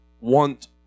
want